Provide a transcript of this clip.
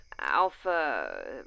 Alpha